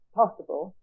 possible